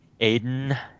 Aiden